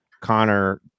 Connor